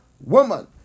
woman